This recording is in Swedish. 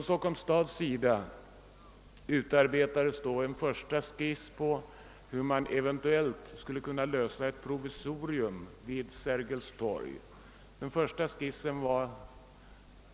Stockholms stad lät i detta sammanhang utarbeta en första skiss över hur man eventuellt skulle kunna åstadkomma ett provisorum för riksdagen vid Sergels torg.